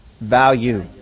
value